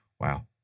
wow